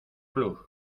club